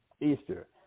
Easter